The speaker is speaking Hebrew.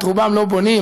את רובן לא בונים,